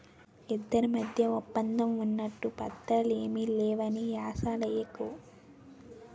ఇద్దరి మధ్య ఒప్పందం ఉన్నట్లు పత్రాలు ఏమీ లేవని ఏషాలెయ్యకు